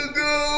go